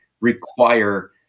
require